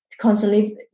constantly